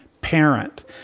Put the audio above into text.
parent